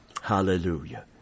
Hallelujah